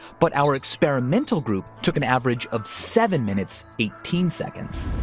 but our experimental group took an average of seven minutes, eighteen seconds.